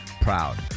proud